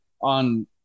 on